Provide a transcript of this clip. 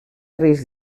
risc